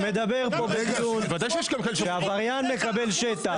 אתה מדבר פה בדיון - שעבריין מקבל שטח.